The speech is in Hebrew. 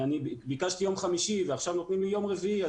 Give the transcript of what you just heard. ביקשתי יום חמישי ועכשיו נותנים לי יום רביעי,